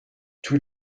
tous